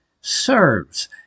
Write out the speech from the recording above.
serves